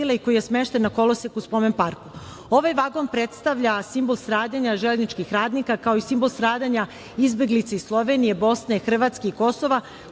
i koji je smešten na koloseku u spomen parku. Ovaj vagon predstavlja simbol stradanja železničkih radnika, kao i simbol stradanja izbeglica iz Slovenije, Bosne, Hrvatske i Kosova